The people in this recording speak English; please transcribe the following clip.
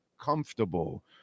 comfortable